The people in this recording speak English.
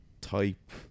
type